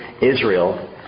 Israel